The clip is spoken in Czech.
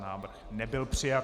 Návrh nebyl přijat.